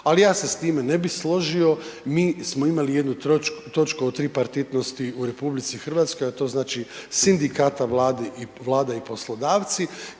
ali ja se s time ne bi složio, mi smo imali jednu točku od tripartitnosti u RH a to znači sindikata, Vlade i poslodavci,